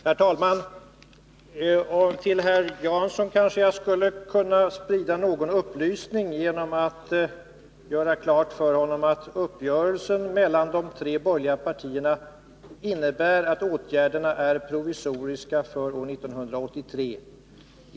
Herr talman! Till herr Jansson kanske jag skulle kunna sprida någon upplysning genom att göra klart för honom att uppgörelsen mellan de tre borgerliga partierna innebär att åtgärderna är provisoriska för år 1983.